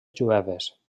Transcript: jueves